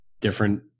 different